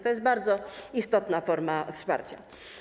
To jest bardzo istotna forma wsparcia.